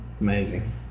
amazing